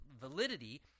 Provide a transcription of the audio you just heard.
validity